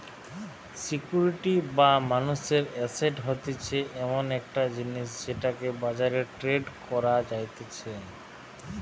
security বা মানুষের asset হতিছে এমন একটা জিনিস যেটাকে বাজারে ট্রেড করা যাতিছে